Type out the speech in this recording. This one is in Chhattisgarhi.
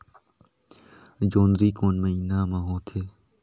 जोंदरी कोन महीना म होथे?